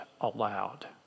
aloud